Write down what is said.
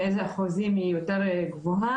באיזה אחוזים היא יותר גבוהה,